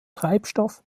treibstoff